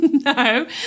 No